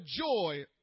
joy